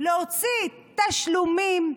להוציא תשלומים.